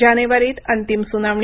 जानेवारीत अंतिम सुनावणी